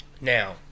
Now